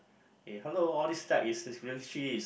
uh hello all these type is is literally is